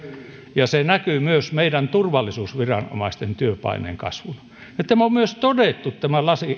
ja se näkyy myös meidän turvallisuusviranomaisten työpaineen kasvuna tämä on myös todettu tämän